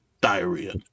diarrhea